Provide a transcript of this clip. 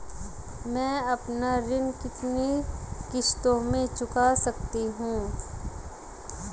मैं अपना ऋण कितनी किश्तों में चुका सकती हूँ?